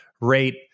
rate